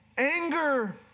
Anger